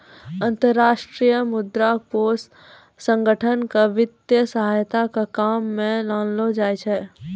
अन्तर्राष्ट्रीय मुद्रा कोष संगठन क वित्तीय सहायता ल काम म लानलो जाय छै